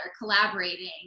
collaborating